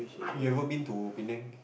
you've ever been to Penang